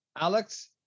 Alex